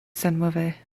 senmove